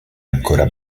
ancora